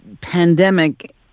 pandemic